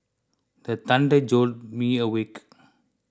the thunder jolt me awake